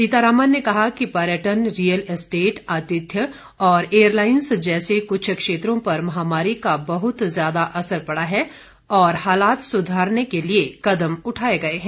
सीतारामन ने कहा कि पर्यटन रियल एस्टेट आतिथ्य और एयर लाइंस जैसे कुछ क्षेत्रों पर महामारी का बहुत ज्यादा असर पड़ा है तथा हालत सुधारने के लिए कदम उठाए गए हैं